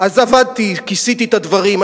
אז כיסיתי את הדברים,